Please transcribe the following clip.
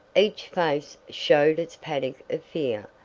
each face showed its panic of fear.